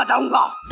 and